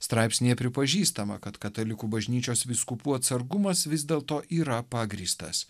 straipsnyje pripažįstama kad katalikų bažnyčios vyskupų atsargumas vis dėlto yra pagrįstas